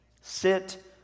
Sit